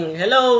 hello